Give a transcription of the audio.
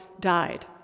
died